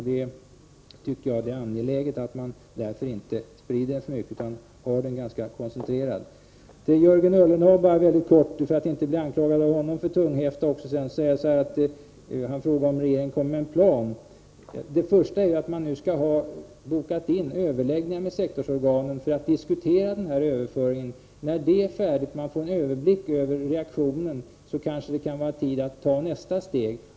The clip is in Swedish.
Det är angeläget att man inte sprider denna för mycket utan har den ganska koncentrerad. Till Jörgen Ullenhag, för att inte bli anklagad också av honom för att ha tunghäfta: Han frågade om regeringen kommer att lägga fram en plan. Det är sagt att man nu har bokat in överläggningar med sektorsorganen för att diskutera denna överföring. När detta är färdigt får man en överblick över reaktionerna, och då kanske det kan vara tid att ta nästa steg.